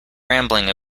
rambling